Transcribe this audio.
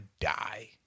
die